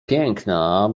piękna